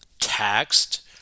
taxed